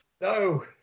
No